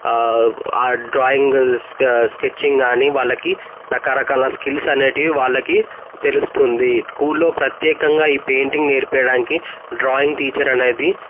ఆ drawing sketching గానీ వాళ్ళకి రకరకాల స్కిల్స్ అనేటివి వాళ్ళకి తెలుస్తుంది స్కూల్లో ప్రత్యేకంగా ఈ పెయింటింగ్ నేర్పియడానికి డ్రాయింగ్ టీచర్ అనేది